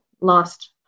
lost